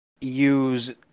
use